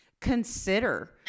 consider